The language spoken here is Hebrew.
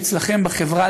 שאצלכם בחברה,